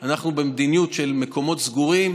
אנחנו, במדיניות של מקומות סגורים,